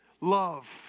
love